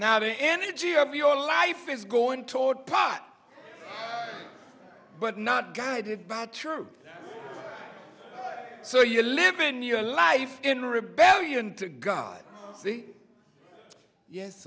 now the energy of your life is going toward pot but not guided by the truth so you live in your life in rebellion to god